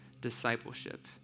discipleship